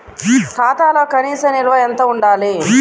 ఖాతాలో కనీస నిల్వ ఎంత ఉండాలి?